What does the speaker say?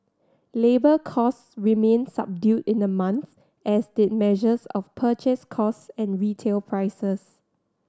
labour costs remained subdued in the month as did measures of purchase costs and retail prices